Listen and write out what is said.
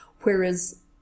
whereas